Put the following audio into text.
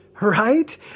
Right